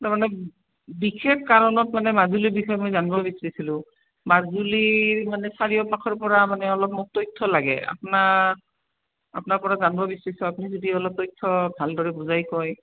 তাৰমানে বিশেষ কাৰণত মানে মাজুলীৰ বিষয়ে মই জানিব বিচাৰিছিলোঁ মাজুলীৰ মানে চাৰিওপাশৰপৰা মানে অলপ মোক তথ্য় লাগে আপোনাক আপোনাৰপৰা জানিব বিচাৰিছোঁ আপুনি যদি অলপ তথ্য় ভালদৰে বুজাই কয়